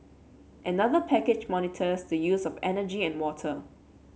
another package monitors the use of energy and water